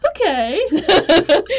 okay